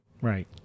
Right